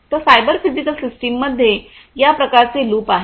तर cyber physical system मध्ये या प्रकारचे लूप आहे